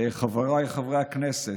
חבריי חברי הכנסת,